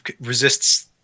resists